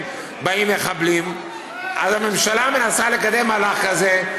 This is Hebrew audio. באים מחבלים ------- אז הממשלה מנסה לקדם מהלך כזה.